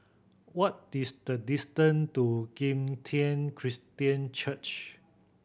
what this the distant to Kim Tian Christian Church